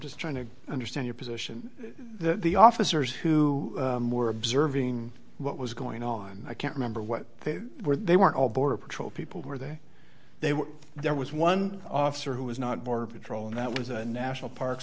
just trying to understand your position that the officers who were observing what was going on i can't remember what they were they weren't all border patrol people who were there they were there was one officer who was not border patrol and that was a national park